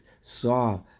saw